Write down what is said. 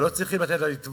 אבל לא צריכים לתת לה לטבוע.